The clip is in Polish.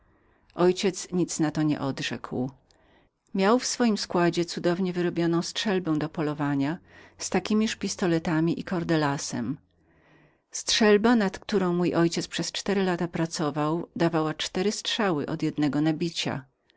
ojciec mój nic na to nie odrzekł miał w swoim składzie cudownie wyrobioną strzelbę do polowania z takiemiż pistoletami i kordelasem strzelba nad którą mój ojciec przez cztery lata pracował dawała cztery strzały od jednego nabicia